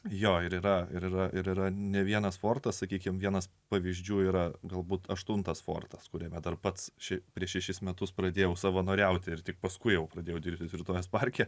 jo ir yra ir yra ir yra ne vienas fortas sakykime vienas pavyzdžių yra galbūt aštuntas fortas kuriame dar pats ši prieš šešis metus pradėjau savanoriauti ir tik paskui jau pradėjau dirbti tvirtovės parke